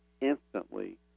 instantly